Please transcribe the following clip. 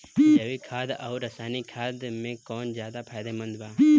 जैविक खाद आउर रसायनिक खाद मे कौन ज्यादा फायदेमंद बा?